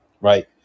right